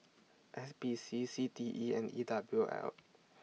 S P C C T E and E W L